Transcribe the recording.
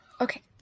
okay